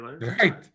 Right